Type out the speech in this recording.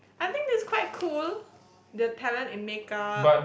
I think this quite cool the talent in make up